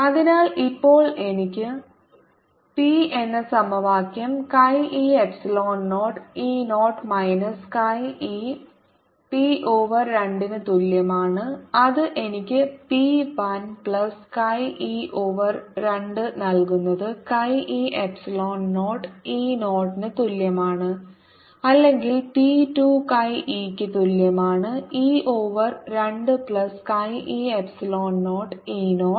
അതിനാൽ ഇപ്പോൾ എനിക്ക് p എന്ന സമവാക്യം chi e epsilon 0 e 0 minus chi e p over 2 ന് തുല്യമാണ് അത് എനിക്ക് p 1 plus chi e over 2 നൽകുന്നത് chi e എപ്സിലോൺ 0 ഇ 0 ന് തുല്യമാണ് അല്ലെങ്കിൽ പി 2 chi e ക്ക് തുല്യമാണ് e over 2 plus chi e epsilon 0 e 0